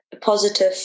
positive